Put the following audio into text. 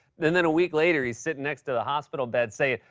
then then a week later, he's sitting next to the hospital bed saying,